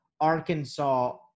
Arkansas